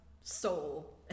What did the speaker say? soul